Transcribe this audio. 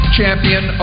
champion